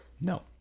No